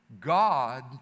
God